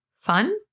fun